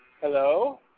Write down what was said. Hello